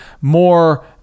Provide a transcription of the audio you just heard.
more